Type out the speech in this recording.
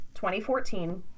2014